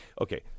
Okay